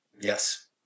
Yes